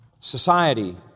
society